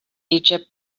egypt